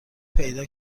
پیدا